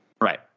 Right